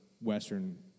Western